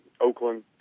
Oakland